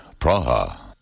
Praha